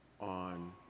on